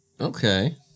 Okay